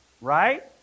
Right